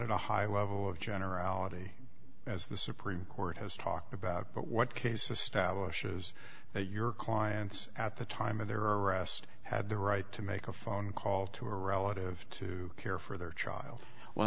at a high level of generality as the supreme court has talked about but what case establishes that your clients at the time of their arrest had the right to make a phone call to a relative to care for their child well